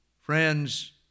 Friends